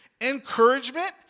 encouragement